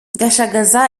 gashagaza